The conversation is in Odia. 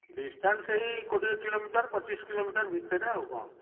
ଡିଷ୍ଟାନ୍ସ ଏଇ କୋଡ଼ିଏ କିଲୋମିଟର ପଚିଶ କିଲୋମିଟର ଭିତରେ ଆଉ କ'ଣ